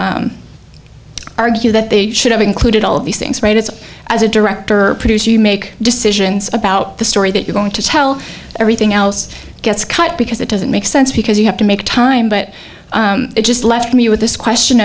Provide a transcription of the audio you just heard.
to argue that they should have included all of these things right it's as a director or producer you make decisions about the story that you're going to tell everything else gets cut because it doesn't make sense because you have to make time but it just left me with this question